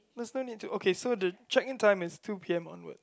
that one need to okay so the check in time is two P_M onwards